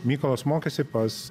mykolas mokėsi pas